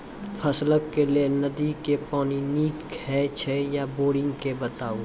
फसलक लेल नदी के पानि नीक हे छै या बोरिंग के बताऊ?